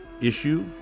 issue